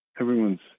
Everyone's